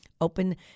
open